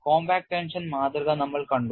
compact tension മാതൃക നമ്മൾ കണ്ടു